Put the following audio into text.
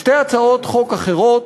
שתי הצעות חוק אחרות.